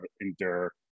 endure